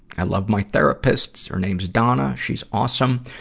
i love my therapist. her name's donna she's awesome.